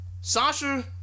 Sasha